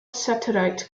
satellite